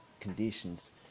conditions